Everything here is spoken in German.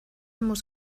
muss